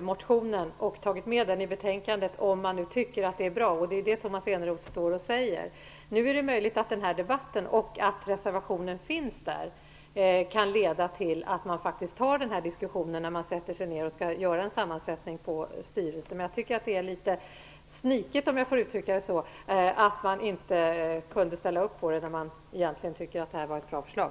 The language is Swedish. motionen och tagit med detta i betänkandet om man nu tycker att detta är bra. Det är det som Tomas Eneroth står och säger. Nu är det möjligt att den här debatten och det faktum att reservationen finns i betänkandet kan leda till att man faktiskt tar den här diskussionen när man sätter sig ned och skall göra en sammansättning av styrelsen. Men jag tycker att det är litet sniket, om jag får uttrycka det så, att man inte kunde ställa sig bakom detta när man egentligen tycker att det är ett bra förslag.